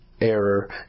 error